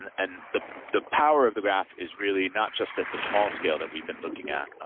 and and the the power of the graph is really not just at the small scale that we've been looking at,